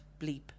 bleep